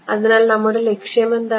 അതിനാൽ നമ്മുടെ ലക്ഷ്യം എന്താണ്